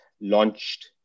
launched